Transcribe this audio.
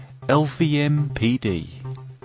LVMPD